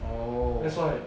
oh